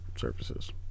services